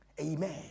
Amen